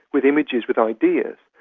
with images, with ideas.